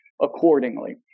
accordingly